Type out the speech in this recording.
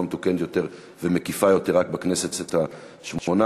מתוקנת ומקיפה יותר רק בכנסת השמונה-עשרה.